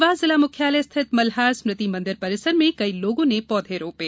देवास जिला मुख्यालय स्थित मलहार स्मृति मंदिर परिसर में कई लोगों ने पौधे रौपें